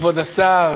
כבוד השר,